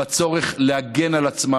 בצורך להגן על עצמה,